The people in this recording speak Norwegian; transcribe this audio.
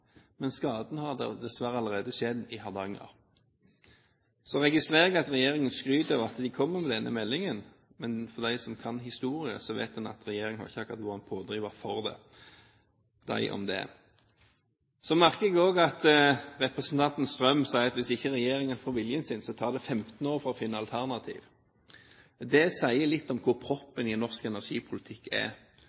Men skaden har dessverre allerede skjedd i Hardanger. Så registrerer jeg at regjeringen skryter av at de kommer med denne meldingen. Men de som kan historien, vet at regjeringen ikke akkurat har vært en pådriver for det – dem om det. Så merket jeg meg også at representanten Strøm sa at hvis ikke regjeringen får viljen sin, tar det 15 år å finne alternativ. Det sier litt om hvor proppen i norsk energipolitikk er